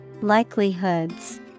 likelihoods